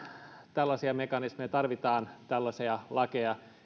tällaisia mekanismeja me tarvitsemme tällaisia lakeja